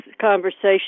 conversation